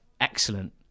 Excellent